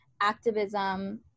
activism